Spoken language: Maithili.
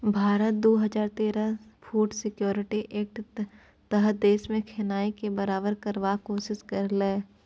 भारत दु हजार तेरहक फुड सिक्योरिटी एक्टक तहत देशमे खेनाइ केँ बराबर करबाक कोशिश केलकै